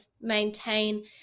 maintain